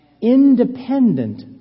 Independent